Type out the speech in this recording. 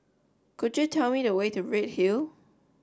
could you tell me the way to Redhill